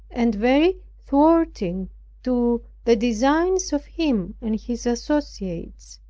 and very thwarting to the designs of him and his associates.